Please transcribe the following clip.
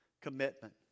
commitment